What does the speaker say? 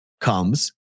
comes